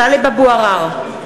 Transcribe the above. (קוראת בשמות חברי הכנסת) טלב אבו עראר,